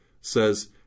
says